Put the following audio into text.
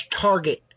target